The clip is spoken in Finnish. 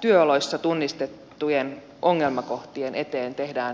työoloissa tunnistettujen ongelmakohtien eteen tehdään aitoja parannusehdotuksia yhdessä neuvotellen